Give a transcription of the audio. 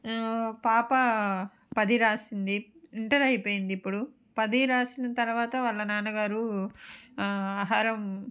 పాప పది రాసింది ఇంటర్ అయిపోయింది ఇప్పుడు పది రాసిన తరువాత వాళ్ళ నాన్న గారు ఆహారం